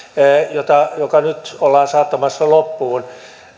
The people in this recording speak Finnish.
joka nyt ollaan saattamassa loppuun